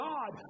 God